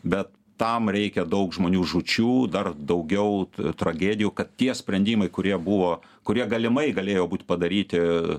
bet tam reikia daug žmonių žūčių dar daugiau tragedijų kad tie sprendimai kurie buvo kurie galimai galėjo būt padaryti